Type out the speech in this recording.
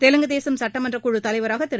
தெலுகுதேசம் சட்டமன்ற குழு தலைவராக திரு